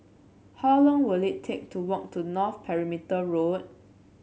how long will it take to walk to North Perimeter Road